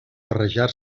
barrejar